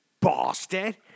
Bastard